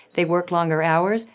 they work longer hours,